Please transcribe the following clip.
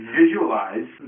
visualize